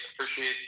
Appreciate